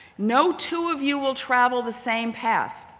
no two of you will travel the same path.